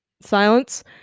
silence